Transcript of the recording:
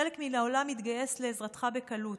חלק מן העולם מתגייס לעזרתם בקלות.